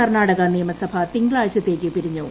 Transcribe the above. കർണാടക നിയമസഭ തിങ്കളാഴ്ചത്തേക്ക് പിരിഞ്ഞു